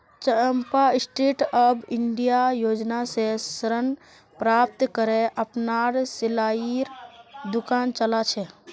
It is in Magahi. चंपा स्टैंडअप इंडिया योजना स ऋण प्राप्त करे अपनार सिलाईर दुकान चला छ